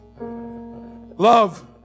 Love